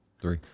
three